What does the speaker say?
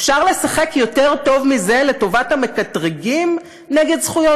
אפשר לשחק יותר טוב מזה לטובת המקטרגים נגד זכויות